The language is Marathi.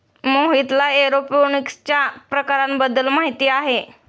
मोहितला एरोपोनिक्सच्या प्रकारांबद्दल माहिती आहे